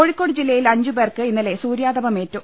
കോഴിക്കോട് ജില്ലയിൽ അഞ്ചുപേർക്ക് ഇന്നലെ സൂര്യാ തപമേറ്റു